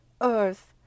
earth